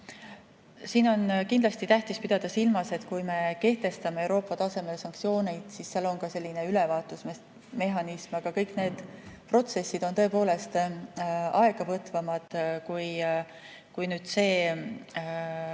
Siin on kindlasti tähtis pidada silmas, et kui me kehtestame Euroopa tasemel sanktsioonid, siis seal on selline ülevaatusmehhanism, aga kõik need protsessid on tõepoolest aega võtvamad, kui nüüd see